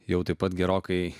jau taip pat gerokai